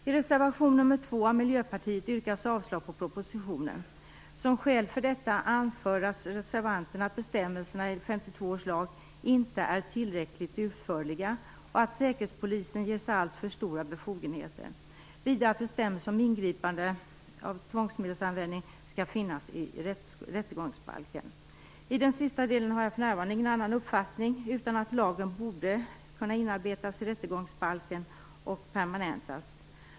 I reservation 2 av Miljöpartiet yrkas avslag på propositionen. Som skäl till detta anför reservanterna att bestämmelserna i 1952 års lag inte är tillräckligt utförliga, att Säkerhetspolisen ges alltför stora befogenheter samt att bestämmelser om ingripande av tvångsmedelsanvändning skall finnas i rättegångsbalken. I den sista delen har jag för närvarande ingen annan uppfattning, utan lagen borde kunna inarbetas i rättegångsbalken och permanentas.